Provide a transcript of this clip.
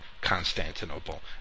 Constantinople